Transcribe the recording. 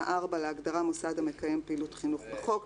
(4) להגדרה "מוסד המקיים פעילות חינוך" בחוק,